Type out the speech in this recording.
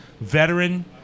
veteran